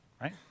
right